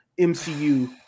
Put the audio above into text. MCU